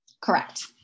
Correct